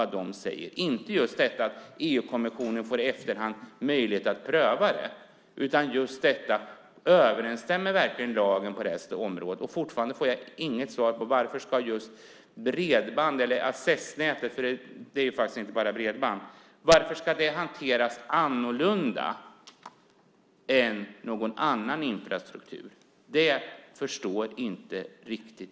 Det är inte detta att EU-kommissionen i efterhand får möjlighet att pröva det utan just detta om lagen på detta område verkligen överensstämmer. Fortfarande får jag inget svar på frågan varför accessnätet - det är inte bara bredband - ska hanteras annorlunda än annan infrastruktur. Det förstår jag inte riktigt.